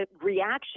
reaction